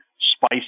spice